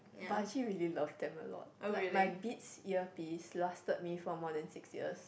but I actually really love them a lot like my beats earpiece lasted me for more than six years